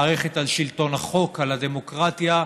מערכת על שלטון החוק, על הדמוקרטיה,